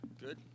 Good